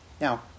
Now